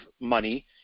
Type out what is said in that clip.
money